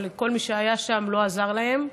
אבל כל מי שהיה שם לא עזר להם,